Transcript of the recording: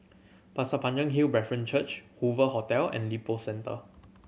Pasir Panjang Hill Brethren Church Hoover Hotel and Lippo Centre